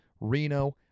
Reno